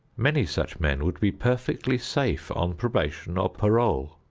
many such men would be perfectly safe on probation or parole.